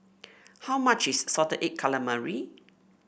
how much is Salted Egg Calamari